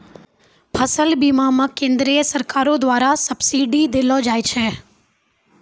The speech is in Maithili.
फसल बीमा मे केंद्रीय सरकारो द्वारा सब्सिडी देलो जाय छै